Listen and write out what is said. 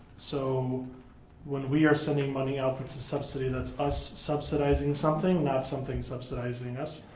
so when we are sending money out that's a subsidy. that's us subsidizing something, not something subsidizing us.